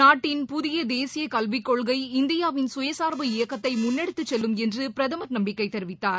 நாட்டின் புதியதேசியகல்விக் கொள்கை இந்தியாவின் கயசார்பு இயக்கத்தைமுன்னெடுத்துச் செல்லும் என்றுபிரதமர் நம்பிக்கைதெரிவித்தார்